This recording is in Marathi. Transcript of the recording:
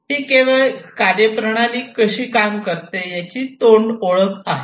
ही केवळ कार्यप्रणाली कशी काम करते याची तोंडओळख आहे